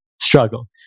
struggle